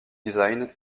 design